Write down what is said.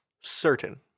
certain